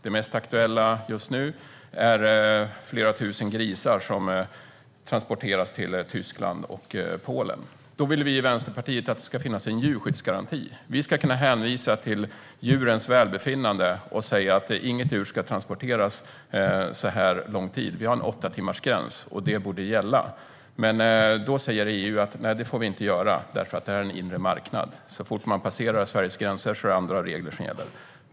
Det mest aktuella just nu handlar om flera tusen grisar som transporteras till Tyskland och Polen. Vi i Vänsterpartiet vill att det ska finnas en djurskyddsgaranti. Sverige ska kunna hänvisa till djurens välbefinnande och säga: Inget djur ska transporteras under så lång tid, och eftersom vi har en åttatimmarsgräns borde den gälla. EU säger då att vi inte får göra så, eftersom det finns en inre marknad. Så snart någon har passerat Sveriges gränser gäller andra regler.